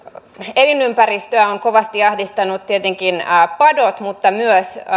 elinympäristöä ovat kovasti ahdistaneet tietenkin padot mutta myös